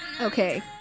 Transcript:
Okay